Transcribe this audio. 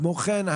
כמו כן,